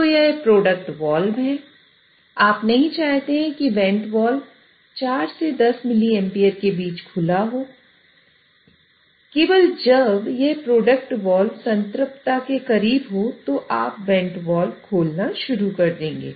तो यह product valve है आप नहीं चाहते कि वेंट वाल्व होगा